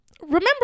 remember